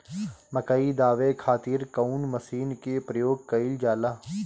मकई दावे खातीर कउन मसीन के प्रयोग कईल जाला?